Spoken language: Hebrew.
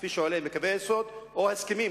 כפי שעולה מקווי היסוד או ההסכמים,